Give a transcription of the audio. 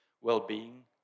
well-being